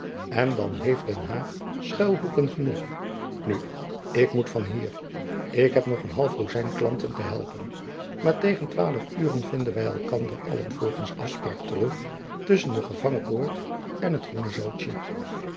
en dan heeft den haag schuilhoeken genoeg nu ik moet van hier ik heb nog een half dozijn klanten te helpen maar tegen twaalf ure vinden wy elkander allen volgends afspraak terug tusschen de gevangenpoort en t groene zoodjen